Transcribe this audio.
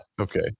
Okay